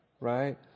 right